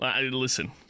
Listen